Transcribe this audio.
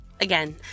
Again